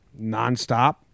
nonstop